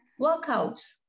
Workouts